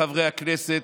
חברי הכנסת,